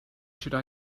should